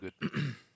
good